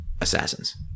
assassins